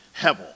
hevel